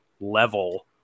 level